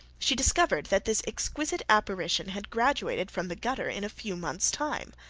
she discovered that this exquisite apparition had graduated from the gutter in a few months' time.